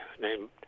named